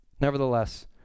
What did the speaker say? nevertheless